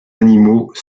animaux